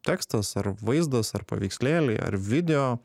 tekstas ar vaizdas ar paveikslėliai ar video